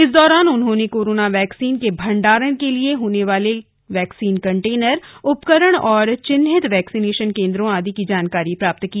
इस दौरान उन्होंने कोरोना वैक्सीन के भंडारण के लिए प्रयोग होने वाले वैक्सीन कन्टेनर उपकरण और चिन्हित वैक्सीनेशन केन्द्रों आदि की जानकारी प्राप्त की